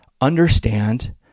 Understand